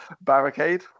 Barricade